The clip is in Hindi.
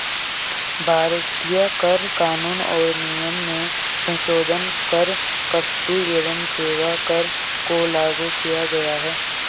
भारतीय कर कानून और नियम में संसोधन कर क्स्तु एवं सेवा कर को लागू किया गया है